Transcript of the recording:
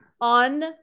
on